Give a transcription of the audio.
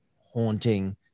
haunting